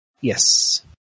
Yes